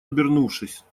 обернувшись